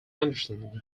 anderson